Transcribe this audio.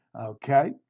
Okay